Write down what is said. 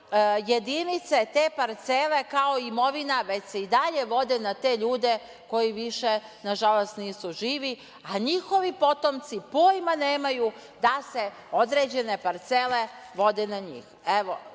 jedinice, te parcele, kao imovina, već se i dalje vode na te ljude koji više, nažalost, nisu živi, a njihovi potomci pojma nemaju da se određene parcele vode na njih. Dakle